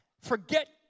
forget